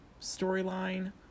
storyline